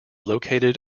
located